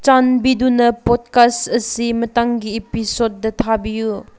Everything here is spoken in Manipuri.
ꯆꯥꯟꯕꯤꯗꯨꯅ ꯄꯣꯠꯀꯥꯁ ꯑꯁꯤ ꯃꯊꯪꯒꯤ ꯏꯄꯤꯁꯣꯠꯇ ꯊꯥꯕꯤꯌꯨ